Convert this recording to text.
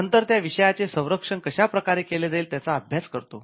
नंतर त्या विषयाचे संरक्षण कशा प्रकारे केले जाईल त्याचा अभ्यास करतो